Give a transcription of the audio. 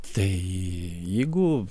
tai jeigu